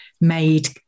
made